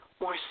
more